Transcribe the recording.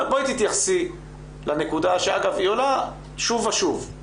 בואי תתייחסי לנקודה שאגב עולה שוב ושוב.